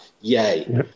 yay